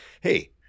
hey